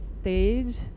stage